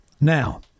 now